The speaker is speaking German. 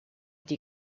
die